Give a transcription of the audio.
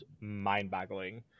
mind-boggling